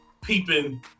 peeping